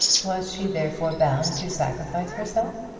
was she therefore bound to sacrifice herself?